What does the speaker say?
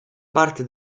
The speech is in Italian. parte